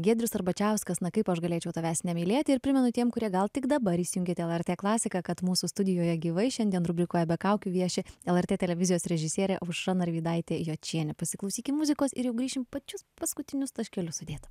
giedrius arbačiauskas na kaip aš galėčiau tavęs nemylėti ir primenu tiem kurie gal tik dabar įsijungėte lrt klasiką kad mūsų studijoje gyvai šiandien rubrikoje be kaukių vieši lrt televizijos režisierė aušra narvydaitė jočienė pasiklausykim muzikos ir jau grįšim pačius paskutinius taškelius sudėt